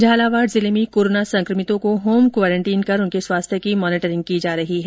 झालावाड़ जिले में कोरोना संकमितों को होम क्वारेंटीन कर उनके स्वास्थ्य की मॉनीटरिंग की जा रही है